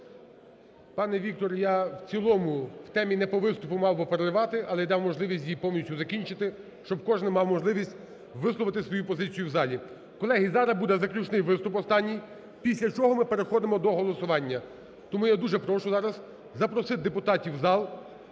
Пане Віктор, я в цілому в темі не по виступу мав би переривати, але дав можливість її повністю закінчити, щоб кожний мав можливість висловити свою позицію у залі. Колеги, зараз буде заключний виступ останній, після чого ми переходимо до голосування. Тому я дуже прошу зараз запросити депутатів у зал.